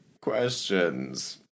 questions